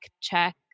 check